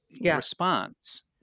response